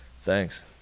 thanks